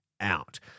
out